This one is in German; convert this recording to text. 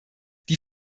die